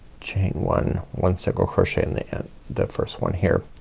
chain one, one single crochet in the end, the first one here.